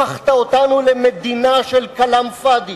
הפכת אותנו למדינה של כלאם פאד'י.